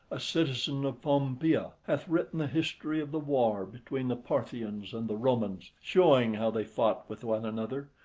a citizen of pompeia, hath written the history of the war between the parthians and the romans, showing how they fought with one another,